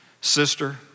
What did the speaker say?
Sister